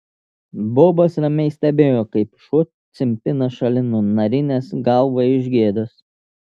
bobas ramiai stebėjo kaip šuo cimpina šalin nunarinęs galvą iš gėdos